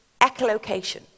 echolocation